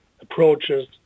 approaches